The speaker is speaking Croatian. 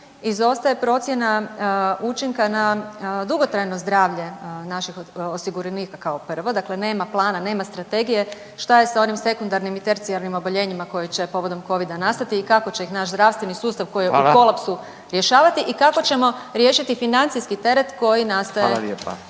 izostaje procjena učinka na dugotrajno zdravlje naših osiguranika kao prvo, dakle nema plana, nema strategije, šta je sa onim sekundarnim i tercijarnim oboljenjima koji će povodom covida nastati i kako će ih naš zdravstveni sustav koji je u kolapsu rješavati i kako ćemo riješiti financijski teret koji nastaje iz